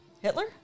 Hitler